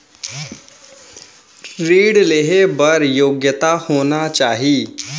ऋण लेहे बर का योग्यता होना चाही?